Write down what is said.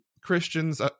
Christians